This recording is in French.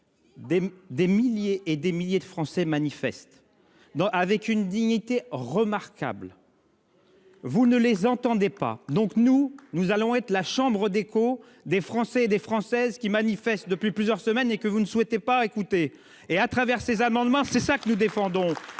des milliers et des milliers de Français manifestent. Dans avec une dignité remarquable. Vous ne les entendait pas, donc nous, nous allons être la chambre d'écho des Français et des Françaises qui manifestent depuis plusieurs semaines et que vous ne souhaitez pas écouter et à travers ces amendements, c'est ça que nous défendons